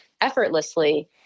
effortlessly